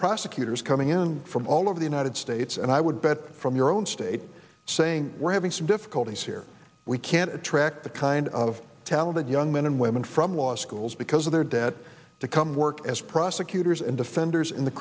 prosecutors coming in from all over the united states and i would bet from your own state saying we're having some difficulties here we can't attract the kind of talented young men and women from law schools because of their debt to come work as prosecutors and defenders in the